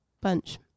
bunch